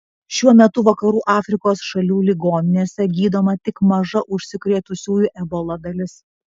šiuo metu vakarų afrikos šalių ligoninėse gydoma tik maža užsikrėtusiųjų ebola dalis